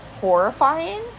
horrifying